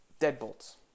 deadbolts